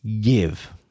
give